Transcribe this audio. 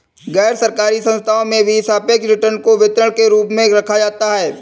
गैरसरकारी संस्थाओं में भी सापेक्ष रिटर्न को वितरण के रूप में रखा जाता है